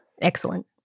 Excellent